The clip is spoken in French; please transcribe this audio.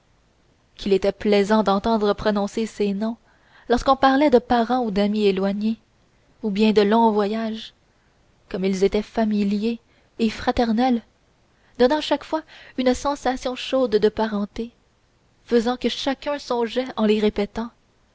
qu'il était plaisant d'entendre prononcer ces noms lorsqu'on parlait de parents ou d'amis éloignés ou bien de longs voyages comme ils étaient familiers et fraternels donnant chaque fois une sensation chaude de parenté faisant que chacun songeait en les répétant